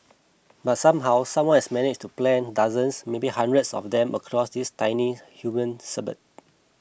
but somehow someone had managed to plant dozens maybe hundreds of them across this tiny human suburb